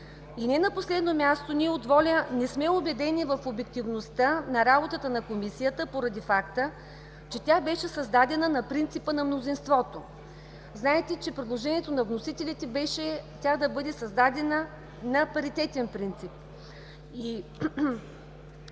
И не на последно място, ние от „Воля“ не сме убедени в обективността на работата на Комисията, поради факта че тя беше създадена на принципа на мнозинството. Знаете, че предложението на вносителите беше тя да бъде създадена на паритетен принцип.